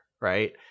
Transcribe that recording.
right